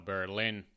Berlin